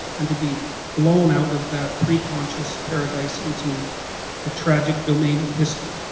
and to be blown out of that pre-conscious paradise into the tragic domain of history